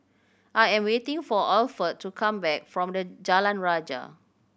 I am waiting for Alford to come back from the Jalan Rajah